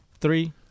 three